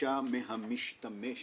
הדרישה מהמשתמש,